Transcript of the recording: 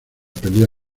pelea